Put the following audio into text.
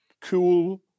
cool